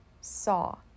saw